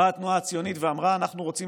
באה התנועה הציונית ואמרה: אנחנו רוצים